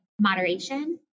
moderation